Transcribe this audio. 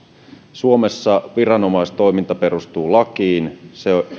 suomessa viranomaistoiminta perustuu lakiin